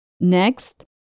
Next